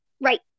Right